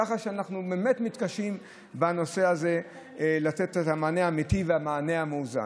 כך שאנחנו באמת מתקשים בנושא הזה לתת את המענה האמיתי ואת המענה המאוזן.